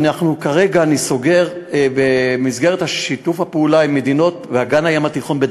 כרגע אני סוגר במסגרת שיתוף הפעולה עם מדינות באגן הים התיכון,